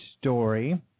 story